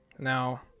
Now